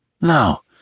Now